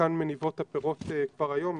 חלקן מניבות את הפירות כבר היום,